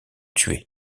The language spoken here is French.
tué